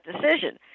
decision